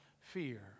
fear